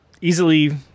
easily